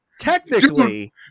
Technically